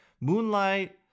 Moonlight